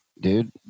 Dude